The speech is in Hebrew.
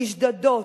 נשדדות,